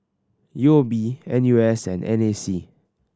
U O B N U S and N A C